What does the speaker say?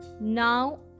Now